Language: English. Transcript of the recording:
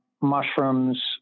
mushrooms